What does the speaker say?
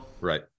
Right